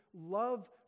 love